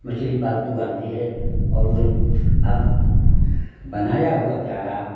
मछली पालतू आती है और वह अब बनाया हुआ चारा